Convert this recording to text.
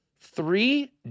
Three